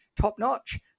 top-notch